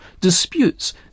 disputes